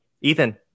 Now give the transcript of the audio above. ethan